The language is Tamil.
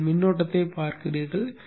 நீங்கள் மின்னோட்டத்தைப் பார்க்கிறீர்கள்